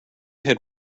had